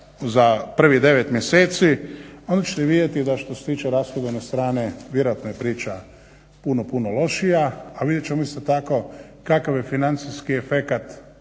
za prvi 9 mjeseci onda ćete vidjti da što se tiče rashodovne strane vjerojatno je priča puno, puno lošija a vidjet ćemo isto tako kakav je financijski efekat